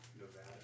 Nevada